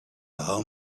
how